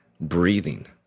breathing